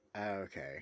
Okay